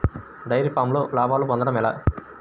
Dairy ఫామ్లో లాభాలు పొందడం ఎలా?